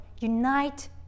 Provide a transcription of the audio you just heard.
unite